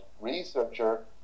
researcher